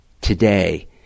today